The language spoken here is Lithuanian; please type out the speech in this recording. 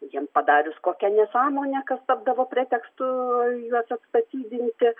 jiem padarius kokią nesąmonę kas tapdavo pretekstu atsistatydinti